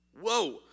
Whoa